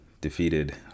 defeated